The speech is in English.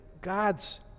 God's